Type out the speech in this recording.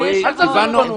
מה זה קשור לתקשורת?